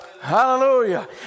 Hallelujah